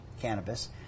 cannabis